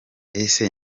ese